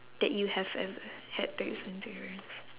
that you have ever had to explain to your parents